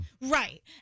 Right